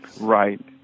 Right